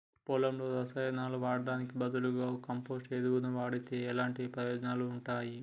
పొలంలో రసాయనాలు వాడటానికి బదులుగా కంపోస్ట్ ఎరువును వాడితే ఎలాంటి ప్రయోజనాలు ఉంటాయి?